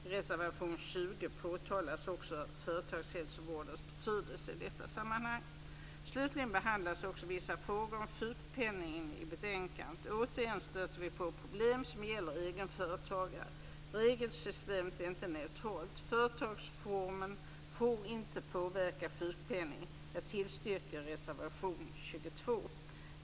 I reservation 20 pekas det på företagshälsovårdens betydelse i sammanhanget. Vidare behandlas i betänkandet vissa frågor om sjukpenningen. Återigen stöter vi på problem som gäller egenföretagare. Regelsystemet är inte neutralt. Företagsformen får inte påverka sjukpenningen. Jag tillstyrker reservation 22.